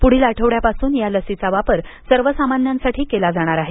पुढील आठवड्यापासून या लसीचा वापर सर्वसामान्यांसाठी केला जाणार आहे